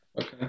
Okay